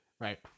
Right